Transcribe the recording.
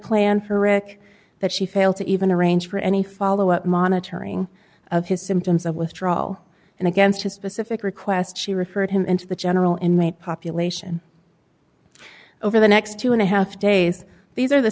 plan for rick that she failed to even arrange for any follow up monitoring of his symptoms of withdrawal and against his specific request she referred him into the general inmate population over the next two and a half days these are the